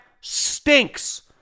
stinks